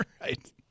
Right